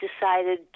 decided